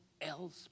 else